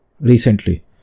recently